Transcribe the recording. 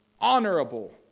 honorable